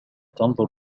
تنظر